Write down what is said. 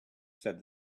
said